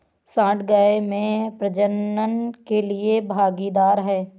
सांड गाय में प्रजनन के लिए भागीदार है